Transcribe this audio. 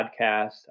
podcast